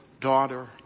daughter